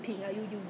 remove